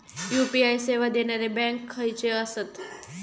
UPI सेवा देणारे bank खयचे आसत?